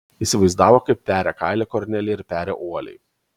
įsivaizdavo kaip peria kailį kornelijai ir peria uoliai